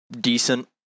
decent